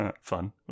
Fun